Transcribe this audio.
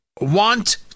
want